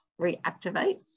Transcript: reactivates